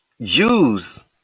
Jews